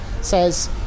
says